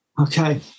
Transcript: Okay